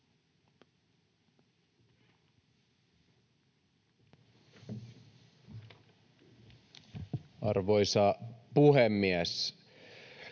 Arvoisa puhemies!